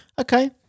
Okay